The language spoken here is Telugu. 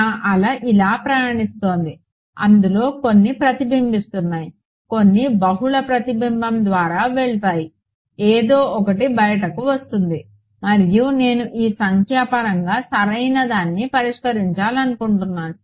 నా అల ఇలా ప్రయాణిస్తోంది అందులో కొన్ని ప్రతిబింబిస్తాయి కొన్ని బహుళ ప్రతిబింబం ద్వారా వెళతాయి ఏదో ఒకటి బయటకు వస్తుంది మరియు నేను ఈ సంఖ్యాపరంగా సరైనదాన్ని పరిష్కరించాలనుకుంటున్నాను